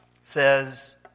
says